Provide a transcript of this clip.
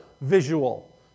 visual